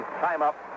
time-up